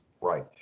right